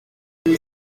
mais